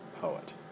poet